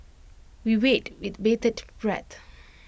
we wait with bated breath